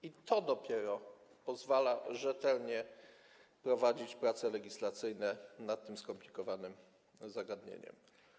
I to dopiero pozwala rzetelnie prowadzić prace legislacyjne nad tym skomplikowanym zagadnieniem.